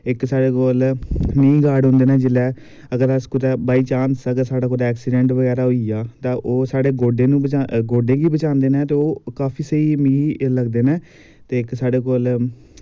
इक्क साईड मतलब नीऽ गॉर्ड होंदे न मतलब अगर अस कुदै बॉय चांस साढ़ा कुदै एक्सीडेंट बगैरा होई जा ते ओह् साढ़े गोड्डें गी बचांदे न ते काफी स्हेई मिगी लगदे न ते इक्क साढ़े कोल